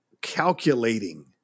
calculating